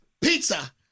Pizza